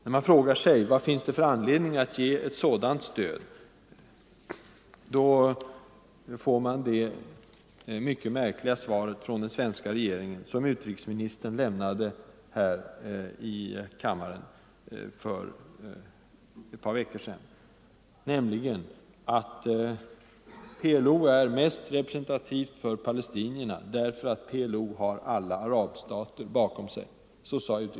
När man frågar vad det finns för anledning att ge ett sådant stöd får man det mycket märkliga beskedet från den svenska regeringen, lämnat av utrikesministern här i kammaren för ett par veckor sedan, att PLO är mest representativt för palestinierna därför att PLO har alla arabstater bakom sig.